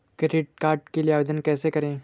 Credit card के लिए आवेदन कैसे करें?